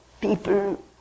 People